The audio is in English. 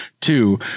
two